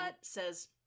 says